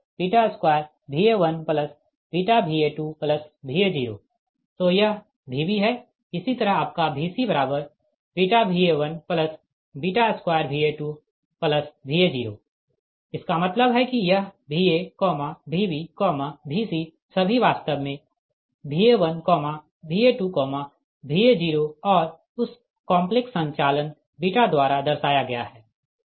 तो यह Vb है इसी तरह आपका VcβVa12Va2Va0 इसका मतलब है कि यह Va Vb Vc सभी वास्तव में Va1Va2Va0 और उस कॉम्प्लेक्स संचालन द्वारा दर्शाया गया है